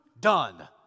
done